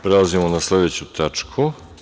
Prelazimo na sledeću tačku.